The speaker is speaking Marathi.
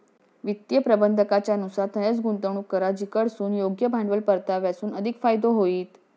वित्तीय प्रबंधाकाच्या नुसार थंयंच गुंतवणूक करा जिकडसून योग्य भांडवल परताव्यासून अधिक फायदो होईत